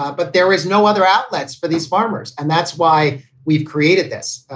ah but there is no other outlets for these farmers. and that's why we've created this,